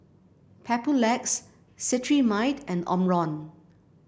Papulex Cetrimide and Omron